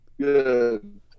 Good